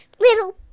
Little